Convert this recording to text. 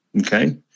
okay